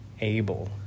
Able